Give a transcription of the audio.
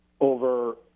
over